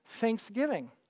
thanksgiving